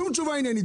שום תשובה עניינית.